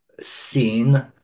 seen